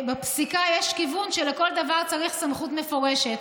בפסיקה יש כיוון שלכל דבר צריך סמכות מפורשת.